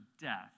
death